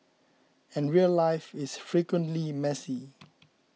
and real life is frequently messy